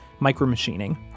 micromachining